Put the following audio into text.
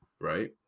right